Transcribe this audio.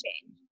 change